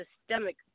systemic